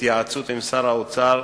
בהתייעצות עם שר האוצר,